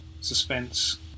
suspense